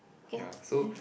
ya so